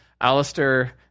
Alistair